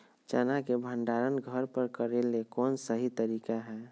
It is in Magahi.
चना के भंडारण घर पर करेले कौन सही तरीका है?